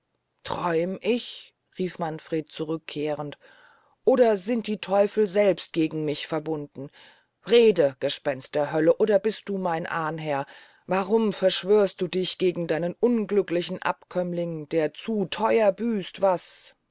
träum ich rief manfred zurückkehrend oder sind die teufel selbst gegen mich verbunden rede gespenst der hölle oder bist du mein ahnherr warum verschwörst auch du dich gegen deinen unglücklichen abkömmling der zu theuer büßt was